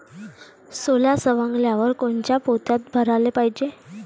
सोला सवंगल्यावर कोनच्या पोत्यात भराले पायजे?